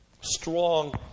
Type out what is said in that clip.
strong